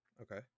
okay